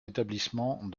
établissements